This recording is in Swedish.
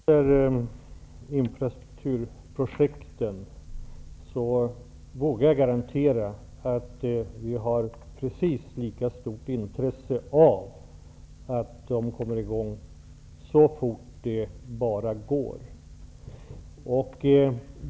Herr talman! När det gäller infrastrukturprojekten vågar jag garantera att vi har precis lika stort intresse av att de kommer i gång så fort det bara går.